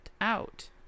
out